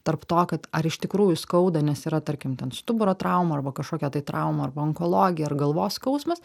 tarp to kad ar iš tikrųjų skauda nes yra tarkim ten stuburo trauma arba kažkokia tai trauma arba onkologija ar galvos skausmas